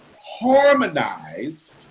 harmonize